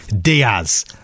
Diaz